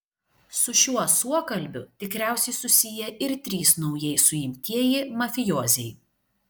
su šiuo suokalbiu tikriausiai susiję ir trys naujai suimtieji mafijoziai